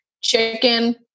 chicken